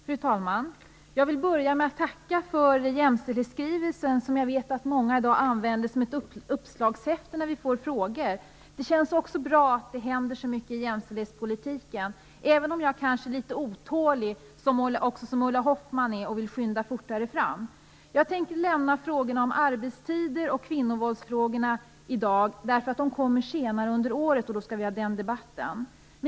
Fru talman! Jag vill börja med att tacka för jämställdhetsskrivelsen. Jag vet att många använder den i dag som ett uppslagshäfte när de får frågor. Det känns också bra att det händer så mycket i jämställdhetspolitiken, även om jag kanske är litet otålig, som Ulla Hoffmann, och vill skynda fortare fram. Jag tänkte lämna frågorna om arbetstider och kvinnovåld i dag. De kommer ju senare under året och vi skall ha den debatten då.